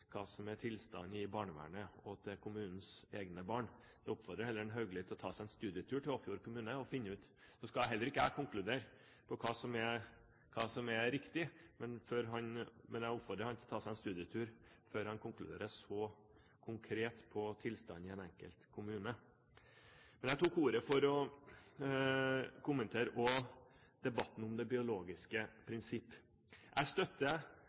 hva som er tilstanden i barnevernet og for kommunens egne barn. Nå skal heller ikke jeg konkludere med hva som er riktig, men jeg oppfordrer Haugli til å ta seg en studietur til Åfjord kommune før han konkluderer så konkret om tilstanden i en enkelt kommune. Men jeg tok også ordet for å kommentere debatten om det biologiske prinsipp. Jeg støtter